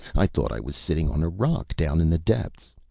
i thought i was sitting on a rock down in the depths.